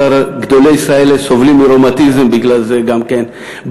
כל גדולי ישראל האלה סובלים מראומטיזם בגלל זה גם כן,